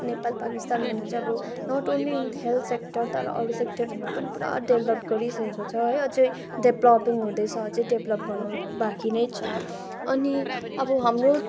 नेपाल पाकिस्तानभन्दा चाहिँ अब नट अन्ली इन हेल्थ सेक्टर तर अरू सेक्टरहरूमा पनि पुरा डेभ्लोप गरिसकेको छ है अझै डेभ्लोपिङ हुँदैछ अझै डेभ्लोप गर्नु बाकी नै छ अनि अब हाम्रो